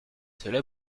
cela